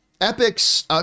Epics